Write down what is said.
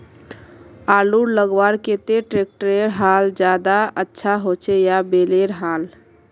आलूर लगवार केते ट्रैक्टरेर हाल ज्यादा अच्छा होचे या बैलेर हाल?